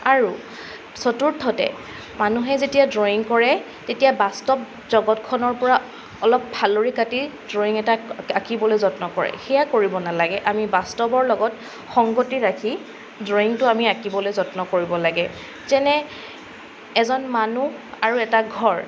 আৰু চতুৰ্থতে মানুহে যেতিয়া ড্ৰয়িং কৰে তেতিয়া বাস্তৱ জগতখনৰ পৰা অলপ ফালৰি কাটি ড্ৰয়িং এটা আঁকিবলৈ যত্ন কৰে সেয়া কৰিব নালাগে আমি বাস্তৱৰ লগত সংগতি ৰাখি ড্ৰয়িংটো আমি আঁকিবলৈ যত্ন কৰিব লাগে যেনে এজন মানুহ আৰু এটা ঘৰ